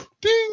ding